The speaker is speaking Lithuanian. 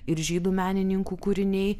ir žydų menininkų kūriniai